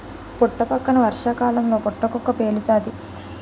పుట్టపక్కన వర్షాకాలంలో పుటకక్కు పేలుతాది